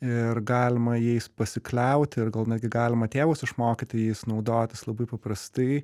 ir galima jais pasikliauti ir gal netgi galima tėvus išmokyti jais naudotis labai paprastai